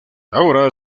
ahora